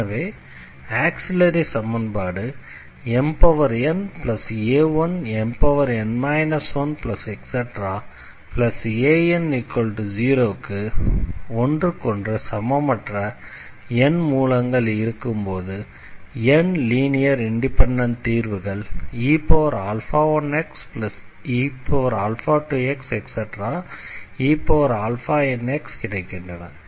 எனவே ஆக்ஸிலரி சமன்பாடு mna1mn 1an0 க்கு ஒன்றுக்கொன்று சமமற்ற n மூலங்கள் இருக்கும்போது n லீனியர் இண்டிபெண்டண்ட் தீர்வுகள் e1xe2xenx கிடைக்கின்றன